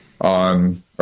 on